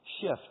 Shift